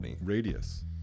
radius